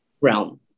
realm